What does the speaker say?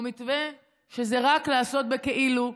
הוא מתווה שזה לעשות בכאילו,